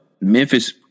Memphis